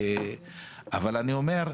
אבל אני אומר,